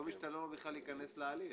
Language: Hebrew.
לפעמים כבר לא משתלם לו בכלל להיכנס להליך